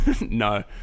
No